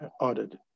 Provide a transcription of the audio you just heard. audit